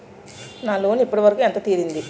నా లోన్ ఇప్పటి వరకూ ఎంత తీరింది?